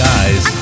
eyes